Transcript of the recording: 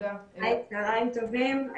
צהריים טובים.